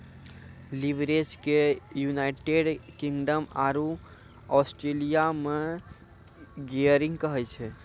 leverage के United Kingdom आरो Australia मे गियरिंग कहै छै